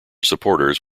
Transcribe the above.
supporters